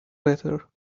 better